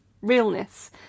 realness